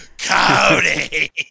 cody